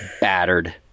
battered